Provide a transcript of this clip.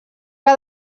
que